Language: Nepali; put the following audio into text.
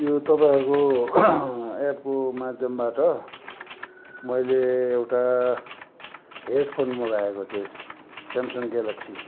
यो तपाइईँहरूको एपको माध्यमबाट मैले एउटा हेडफोन मगाएको थिएँ सेमसङ्ग ग्यालेक्सी